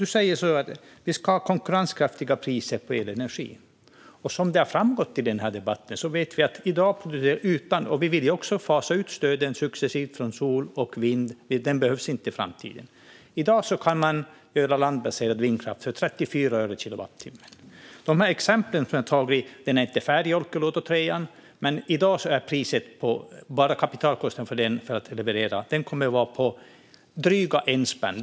Du säger nu att vi ska ha konkurrenskraftiga priser på elenergi. Som har framgått av debatten vill vi också fasa ut stöden successivt från sol och vind, för de behövs inte i framtiden. I dag kan man producera landbaserad vindkraft för 34 öre per kilowattimme. De exempel jag har tagit är från Olkiluoto 3. Den är inte färdig än, men som det ser ut i dag kommer priset när det gäller kapitalkostnaden för att leverera att vara på drygt en spänn.